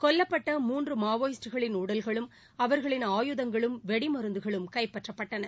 கொல்லப்பட்ட மூன்று மாவோயிஸ்டுகளின் உடல்களும் அவர்களின் ஆயுதங்களும் வெடி மருந்துகளும் கைப்பற்றப்பட்டன